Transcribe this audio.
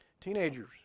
Teenagers